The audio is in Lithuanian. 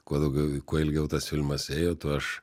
kuo daugiau kuo ilgiau tas filmas ėjo tuo aš